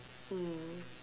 mm